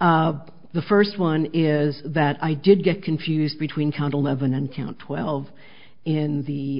the first one is that i did get confused between count eleven and count twelve in the